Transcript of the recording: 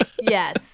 Yes